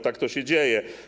Tak to się dzieje.